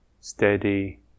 steady